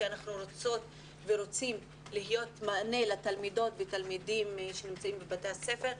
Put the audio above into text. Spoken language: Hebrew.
כי אנחנו רוצות ורוצים להיות מענה לתלמידות ותלמידים שנמצאים בבתי הספר,